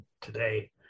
today